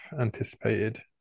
anticipated